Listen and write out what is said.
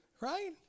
Right